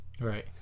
Right